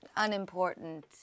unimportant